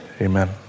amen